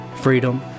freedom